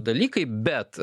dalykai bet